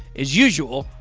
as usual,